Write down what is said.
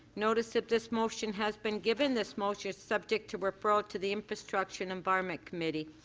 notice of this motion has been given. this motion subject to referral to the infrastructure and environment committee.